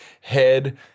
head